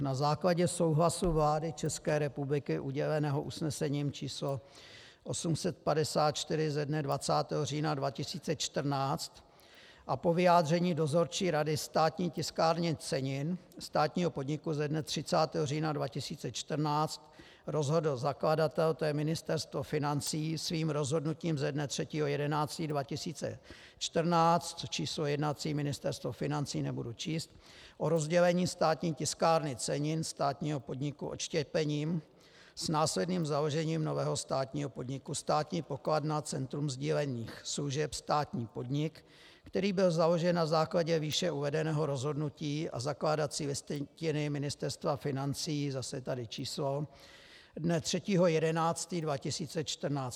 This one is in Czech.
Na základě souhlasu vlády České republiky uděleného usnesením číslo 854 ze dne 20. října 2014 a po vyjádření dozorčí rady Státní tiskárny cenin, státního podniku, ze dne 30. října 2014 rozhodl zakladatel, to je Ministerstvo financí, svým rozhodnutím ze dne 3. 11. 2014, číslo jednací Ministerstvo financí, nebudu číst, o rozdělení Státní tiskárny cenin, státního podniku, odštěpením s následným založením nového státního podniku Státní pokladna Centrum sdílených služeb, státní podnik, který byl založen na základě výše uvedeného rozhodnutí, a zakládací listina Ministerstva financí, zase je tady číslo, dne 3. 11. 2014.